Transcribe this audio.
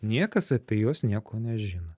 niekas apie juos nieko nežino